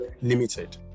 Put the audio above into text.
Limited